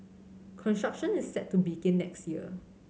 construction is set to begin next year